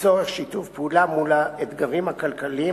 לצורך שיתוף פעולה מול האתגרים הכלכליים,